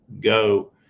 go